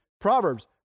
Proverbs